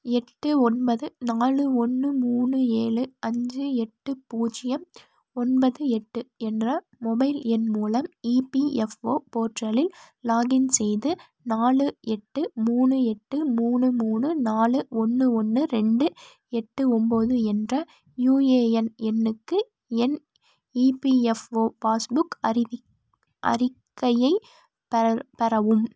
எட்டு ஒன்பது நாலு ஒன்று மூணு ஏழு அஞ்சு எட்டு பூஜ்ஜியம் ஒன்பது எட்டு என்ற மொபைல் எண் மூலம் இபிஎஃப்ஓ போர்ட்டலில் லாகின் செய்து நாலு எட்டு மூணு எட்டு மூணு மூணு நாலு ஒன்று ஒன்று ரெண்டு எட்டு ஒம்போது என்ற யுஏஎன் எண்ணுக்கு என் இபிஎஃப்ஓ பாஸ்புக் அறிக்கையை பெற பெறவும்